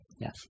Yes